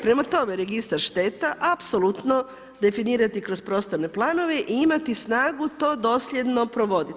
Prema tome, registar šteta apsolutno definirati kroz prostorne planove i imati snagu to dosljedno provoditi.